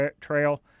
trail